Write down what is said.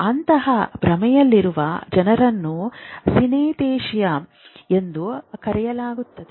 ಅಂತಹ ಭ್ರಮೆಯಲ್ಲಿರುವ ಜನರನ್ನು ಸಿನೆಸ್ಥೆಸಿಯಾ ಎಂದು ಕರೆಯಲಾಗುತ್ತದೆ